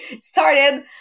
started